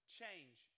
change